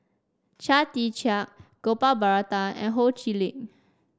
Chia Tee Chiak Gopal Baratham and Ho Chee Lick